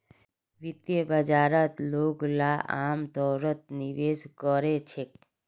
वित्तीय बाजारत लोगला अमतौरत निवेश कोरे छेक